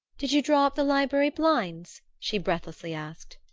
did you draw up the library blinds? she breathlessly asked.